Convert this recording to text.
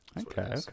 Okay